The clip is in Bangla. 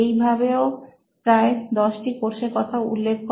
এইভাবেও প্রায় দশটি কোর্সের কথা উল্লেখ করে